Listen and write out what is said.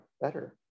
better